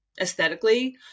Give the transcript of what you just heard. aesthetically